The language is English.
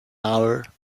hour